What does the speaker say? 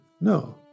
No